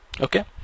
okay